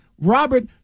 Robert